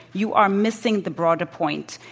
you are missing the broader point.